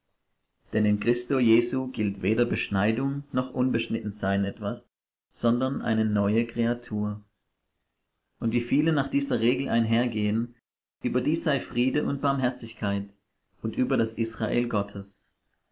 denn in christo jesu gilt weder beschneidung noch unbeschnitten sein etwas sondern eine neue kreatur und wie viele nach dieser regel einhergehen über die sei friede und barmherzigkeit und über das israel gottes